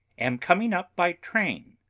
am coming up by train.